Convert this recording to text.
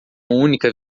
única